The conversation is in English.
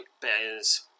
bears